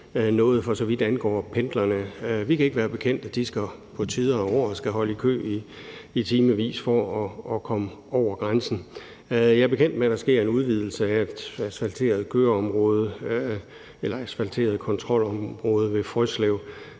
noget, for så vidt angår pendlerne. Vi kan ikke være bekendt, at de på nogle tider af året skal holde i kø i timevis for at komme over grænsen. Jeg er bekendt med, at der sker en udvidelse af et asfalteret kontrolområde ved Frøslev,